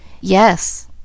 Yes